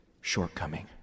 shortcoming